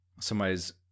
somebody's –